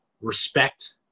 respect